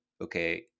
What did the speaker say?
okay